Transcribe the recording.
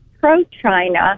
pro-China